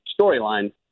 storyline